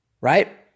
right